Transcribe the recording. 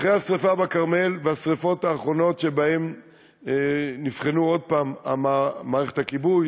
אחרי השרפה בכרמל והשרפות האחרונות שבהן נבחנו עוד פעם מערכת הכיבוי,